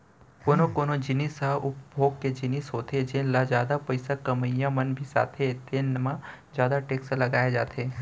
कोनो कोनो जिनिस ह उपभोग के जिनिस होथे जेन ल जादा पइसा कमइया मन बिसाथे तेन म जादा टेक्स लगाए जाथे